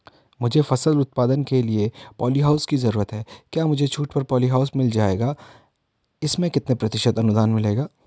मुझे फसल उत्पादन के लिए प ॉलीहाउस की जरूरत है क्या मुझे छूट पर पॉलीहाउस मिल जाएगा इसमें कितने प्रतिशत अनुदान मिलेगा?